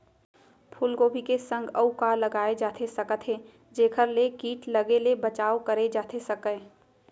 फूलगोभी के संग अऊ का लगाए जाथे सकत हे जेखर ले किट लगे ले बचाव करे जाथे सकय?